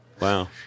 Wow